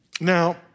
Now